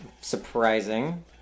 Surprising